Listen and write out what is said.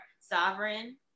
sovereign